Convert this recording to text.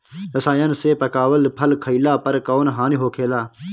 रसायन से पकावल फल खइला पर कौन हानि होखेला?